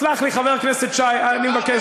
סלח לי, חבר הכנסת שי, אני מבקש.